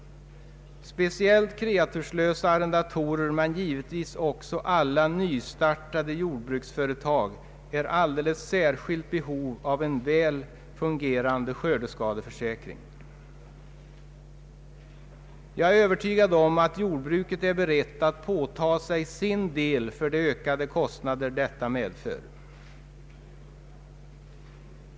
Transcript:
Speciellt kreaturslösa arrendatorer men givetvis också alla nystartade jordbruksföretag är alldeles särskilt i behov av en väl fungerande skördeskadeförsäkring. Jag är övertygad om att jordbruket är berett att påta sig sin del av de ökade kostnader detta medför.